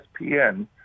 ESPN